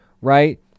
right